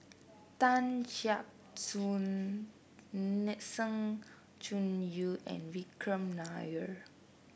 Tan Gek Suan Sng Choon Yee and Vikram Nair